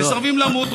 מסרבים למות.